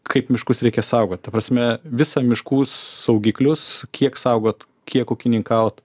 kaip miškus reikia saugot ta prasme visą miškų saugiklius kiek saugot kiek ūkininkaut